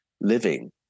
living